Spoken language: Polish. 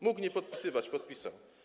Mógł nie podpisywać, podpisał.